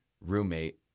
roommate